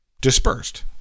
dispersed